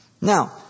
Now